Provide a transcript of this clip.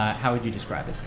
how would you describe it?